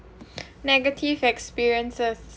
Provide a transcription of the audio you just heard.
negative experiences